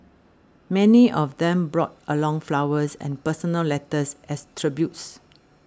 many of them brought along flowers and personal letters as tributes